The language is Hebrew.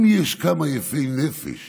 אם יש כמה יפי נפש